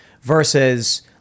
versus